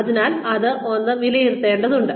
അതിനാൽ അത് ഒന്ന് വിലയിരുത്തേണ്ടതുണ്ട്